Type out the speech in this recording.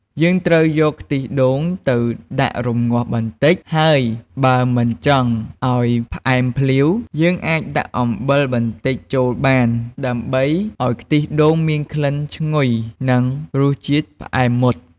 យើងត្រូវយកខ្ទិះដូងទៅដាក់រំងាស់បន្តិច ហើយបើមិនចង់ឱ្យផ្អែមភ្លាវ យើងអាចដាក់អំបិលបន្តិចចូលបាន ដើម្បីឱ្យខ្ទិះដូងមានក្លិនឈ្ងុយ និងរសជាតិផ្អែមមុត។